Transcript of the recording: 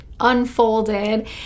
unfolded